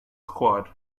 squad